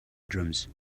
drums